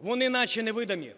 вони наче невидимі,